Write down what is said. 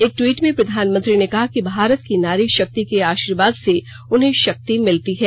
एक ट्वीट में प्रधानमंत्री ने कहा कि भारत की नारी शक्ति के आशीर्वाद से उन्हें शक्ति मिलती है